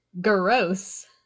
gross